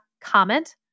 comment